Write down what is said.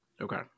Okay